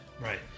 Right